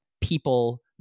people